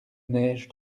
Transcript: neige